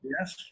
Yes